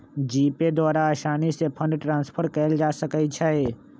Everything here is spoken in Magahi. जीपे द्वारा असानी से फंड ट्रांसफर कयल जा सकइ छइ